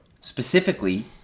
specifically